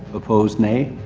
opposed nay.